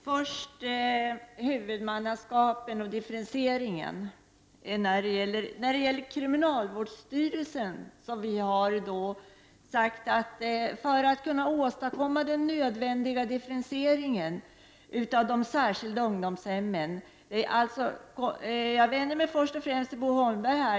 Herr talman! Jag skall börja med att ta upp huvudmannaskapet och differentieringen, och jag vänder mig först och främst till Bo Holmberg.